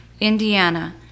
Indiana